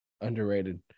underrated